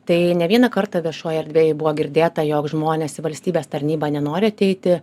tai ne vieną kartą viešoj erdvėj buvo girdėta jog žmonės į valstybės tarnybą nenori ateiti